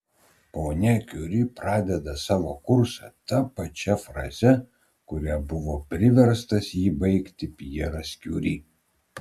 ponia kiuri pradeda savo kursą ta pačia fraze kuria buvo priverstas jį baigti pjeras kiuri